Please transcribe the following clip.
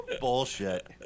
bullshit